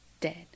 dead